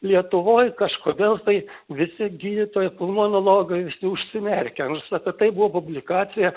lietuvoj kažkodėl tai visi gydytojai pulmonologai visi užsimerkę nors apie tai buvo publikacija